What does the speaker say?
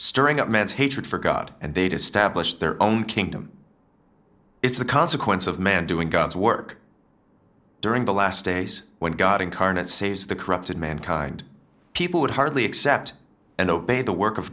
stirring up man's hatred for god and they to stablish their own kingdom it's the consequence of man doing god's work during the last days when god incarnate saves the corrupted mankind people would hardly accept and obey the work of